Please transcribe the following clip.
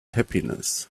happiness